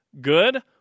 good